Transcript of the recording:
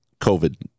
COVID